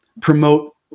promote